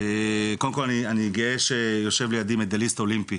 קודם כל, אני גאה שיושב לידי מדליסט אולימפי